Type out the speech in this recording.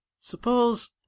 Suppose